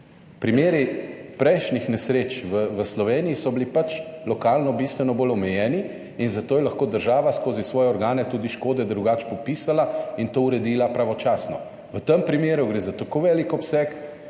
Primeri prejšnjih nesreč v Sloveniji so bili, pač, lokalno bistveno bolj omejeni in zato je lahko država skozi svoje organe tudi škode drugače popisala in to uredila pravočasno. V tem primeru gre za tako velik obseg,